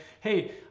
Hey